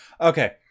Okay